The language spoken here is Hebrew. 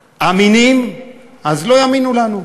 אמינים, לא יאמינו לנו.